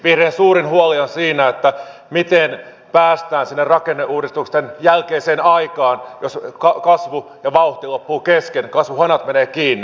vihreiden suurin huoli on siinä miten päästään sinne rakenneuudistusten jälkeiseen aikaan jos kasvu ja vauhti loppuvat kesken kasvuhanat menevät kiinni